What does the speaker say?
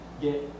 get